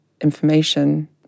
information